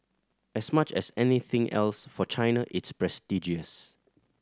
as much as anything else for China it's prestigious